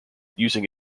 using